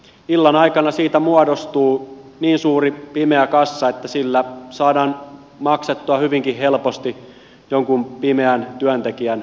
illan aikana siitä muodostuu niin suuri pimeä kassa että sillä saadaan maksettua hyvinkin helposti jonkun pimeän työntekijän palkka